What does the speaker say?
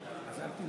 יחיא,